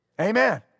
Amen